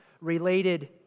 related